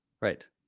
Right